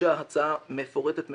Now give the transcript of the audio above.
גובשה הצעה מפורטת מאוד.